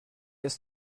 ist